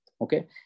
Okay